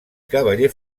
cavaller